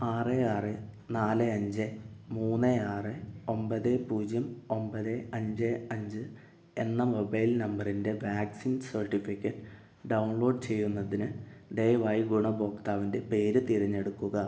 ആറ് ആറ് നാല് അഞ്ച് മൂന്ന് ആറ് ഒൻപത് പൂജ്യം ഒൻപത് അഞ്ച് അഞ്ച് എന്ന മൊബൈൽ നമ്പറിൻ്റെ വാക്സിൻ സെർട്ടിഫിക്കറ്റ് ഡൗൺലോഡ് ചെയ്യുന്നതിന് ദയവായി ഗുണഭോക്താവിൻ്റെ പേര് തിരഞ്ഞെടുക്കുക